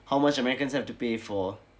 how much americans have to pay for